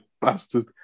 bastard